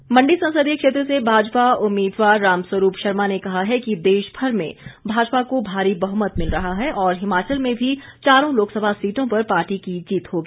रामस्वरूप मंडी संसदीय क्षेत्र से भाजपा उम्मीदवार रामस्वरूप शर्मा ने कहा है कि देश भर में भाजपा को भारी बहमत मिल रहा है और हिमाचल में भी चारों लोकसभा सीटों पर पार्टी की जीत होगी